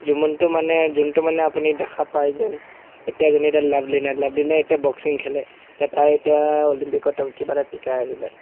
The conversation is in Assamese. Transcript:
যোনটো মানে যোনটো মানে আপুনি দেখা পায় যে এতিয়া যেনেতে লাভলীনা লাভলীনাই এতিয়া বক্সিং খেলে তৌ তাই এতিয়া অলিম্পিকত কিবা এটা টিকাই আহিলে